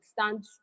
stand